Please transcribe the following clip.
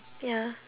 ya